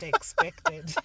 expected